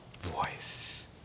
voice